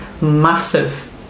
massive